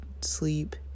sleep